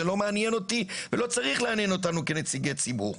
זה לא מעניין אותי ולא צריך לעניין אותנו כנציגי ציבור.